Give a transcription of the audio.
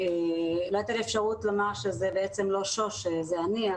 אני מבקשת לומר שזה לא שוש איפרגן, זה אני.